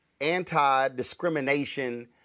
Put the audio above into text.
anti-discrimination